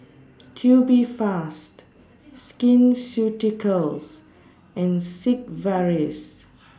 Tubifast Skin Ceuticals and Sigvaris